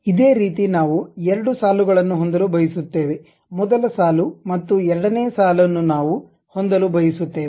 ಇದೇ ರೀತಿ ನಾವು ಎರಡು ಸಾಲುಗಳನ್ನು ಹೊಂದಲು ಬಯಸುತ್ತೇವೆ ಮೊದಲ ಸಾಲು ಮತ್ತು ಎರಡನೇ ಸಾಲನ್ನು ನಾವು ಹೊಂದಲು ಬಯಸುತ್ತೇವೆ